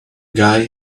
guy